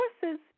forces